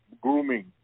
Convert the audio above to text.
grooming